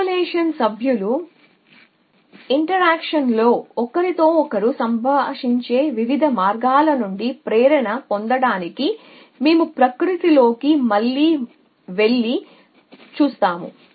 population సభ్యులు interaction లో ఒకరితో ఒకరు సంభాషించే వివిధ మార్గాల నుండి ప్రేరణ పొందడానికి మేము ప్రకృతి లోకి మళ్ళీ వెళ్లి చూస్తాము